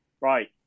right